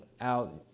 out